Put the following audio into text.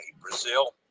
Brazil